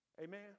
Amen